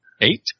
Eight